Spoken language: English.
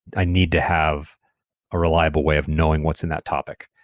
i need to have a reliable way of knowing what's in that topic.